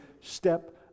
step